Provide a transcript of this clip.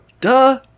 Duh